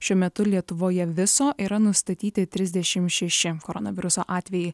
šiuo metu lietuvoje viso yra nustatyti trisdešim šeši koronaviruso atvejai